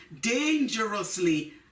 dangerously